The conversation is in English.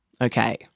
Okay